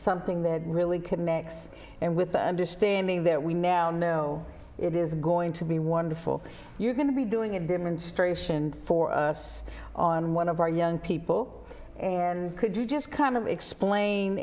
something that really connects and with the understanding that we now know it is going to be wonderful you're going to be doing a demonstration for us on one of our young people and could you just kind of explain